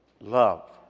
love